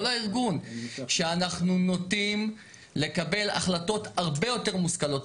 הארגון שאנחנו נוטים לקבל החלטות הרבה יותר מושכלות,